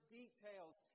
details